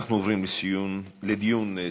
אנחנו עוברים לדיון סיעתי.